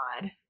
God